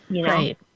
Right